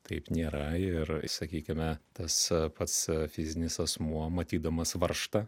taip nėra ir sakykime tas a pats fizinis asmuo matydamas varžtą